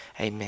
Amen